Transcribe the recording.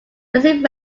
blessing